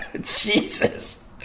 Jesus